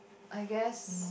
I guess